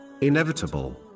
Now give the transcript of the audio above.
inevitable